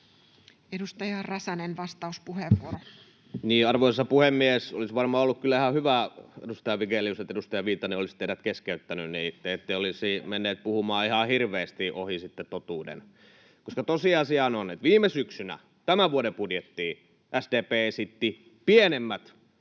Time: 16:51 Content: Arvoisa puhemies! Olisi varmaan ollut kyllä ihan hyvä, edustaja Vigelius, että edustaja Viitanen olisi teidät keskeyttänyt, niin että te ette olisi sitten mennyt puhumaan ihan hirveästi ohi totuuden. Tosiasiahan on, että viime syksynä tämän vuoden budjettiin SDP esitti pienemmät